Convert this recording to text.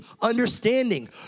understanding